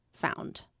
Found